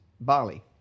Bali